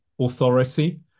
authority